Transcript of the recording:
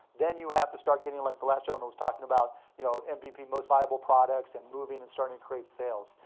then you have to start getting, like the last gentleman was talking about, you know and mvp, most viable products, and moving and starting to create sales.